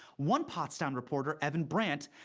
one pottstown reporter, evan brandt,